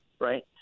right